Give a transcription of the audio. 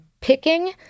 picking